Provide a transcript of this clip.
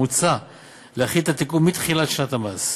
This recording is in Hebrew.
מוצע להחיל את התיקון מתחילת שנת המס.